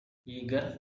yeager